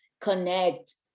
connect